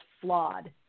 flawed